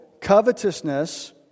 covetousness